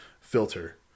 filter